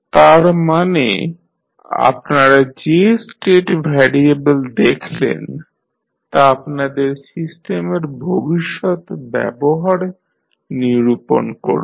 তার মানে আপনারা যে স্টেট ভ্যারিয়েবল দেখলেন তা' আপনাদের সিস্টেমের ভবিষ্যত ব্যবহার নিরূপণ করবে